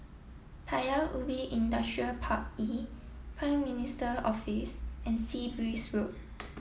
Paya Ubi Industrial Park E Prime Minister Office and Sea Breeze Road